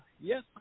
yes